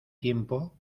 tiempo